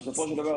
בסופו של דבר,